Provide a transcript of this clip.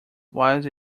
was